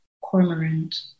Cormorant